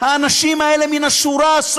אנשים מן השורה,